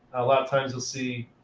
a lot of times you'll see